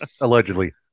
Allegedly